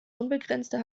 unbegrenzte